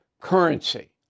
currency